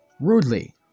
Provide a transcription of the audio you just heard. rudely